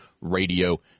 radio